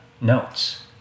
notes